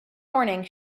morning